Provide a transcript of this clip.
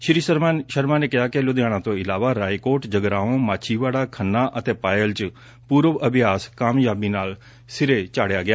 ਸ੍ਰੀ ਸ਼ਰਮਾ ਨੇ ਕਿਹਾ ਕਿ ਲੁਧਿਆਣਾ ਤੋਂ ਇਲਾਵਾ ਰਾਏਕੋਟ ਜਗਰਾਊ ਮਾਛੀਵਾਡਾ ਖੰਨਾ ਅਤੇ ਪਾਇਲ ਚ ਪੂਰਵ ਅਭਿਆਸ ਕਾਮਯਾਬੀ ਨਾਲ ਸਿਰੇ ਚੜਿਆ ਗਿਆ